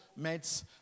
meds